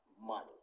money